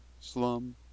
Slum